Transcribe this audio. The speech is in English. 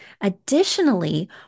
Additionally